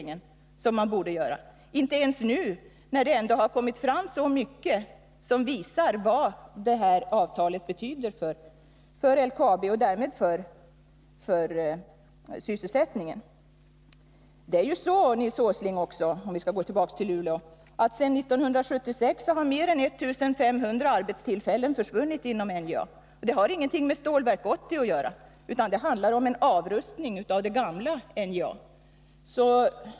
Inte ens nu ser man allvarligt på fraktavtalet, när det ändå har kommit fram så mycket som visar vad det avtalet betyder för LKAB och därmed för sysselsättningen. Om vi skall gå tillbaka till förhållandena i Luleå är det så, Nils Åsling, att mer än 1 500 arbetstillfällen har försvunnit inom NJA sedan 1976. Det har inte med Stålverk 80 att göra, utan vad det handlar om är en avrustning av det gamla NJA.